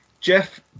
jeff